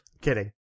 Kidding